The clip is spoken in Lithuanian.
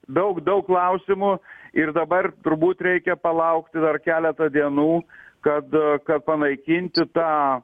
daug daug klausimų ir dabar turbūt reikia palaukti dar keletą dienų kad kad panaikinti tą